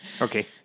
okay